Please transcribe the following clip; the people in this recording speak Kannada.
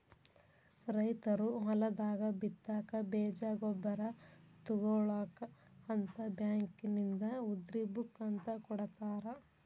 ರೈತರು ಹೊಲದಾಗ ಬಿತ್ತಾಕ ಬೇಜ ಗೊಬ್ಬರ ತುಗೋಳಾಕ ಅಂತ ಬ್ಯಾಂಕಿನಿಂದ ಉದ್ರಿ ಬುಕ್ ಅಂತ ಕೊಡತಾರ